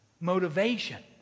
motivation